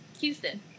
Houston